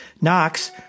Knox